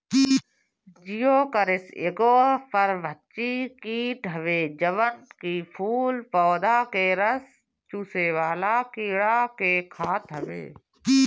Geocoris एगो परभक्षी कीट हवे जवन की फूल पौधा के रस चुसेवाला कीड़ा के खात हवे